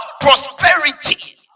prosperity